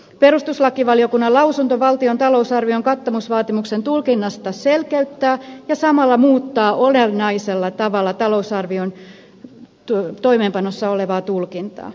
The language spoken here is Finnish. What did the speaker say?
perustuslakivaliokunnan lausunto valtion talousarvion kat tamisvaatimuksen tulkinnasta selkeyttää ja samalla muuttaa olennaisella tavalla talousarvion toimeenpanossa olevaa tulkintaa